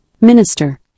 minister